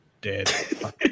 dead